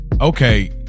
okay